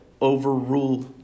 overrule